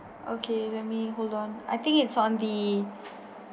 okay let me hold on I think it's on the